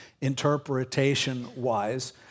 interpretation-wise